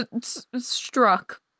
struck